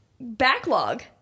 backlog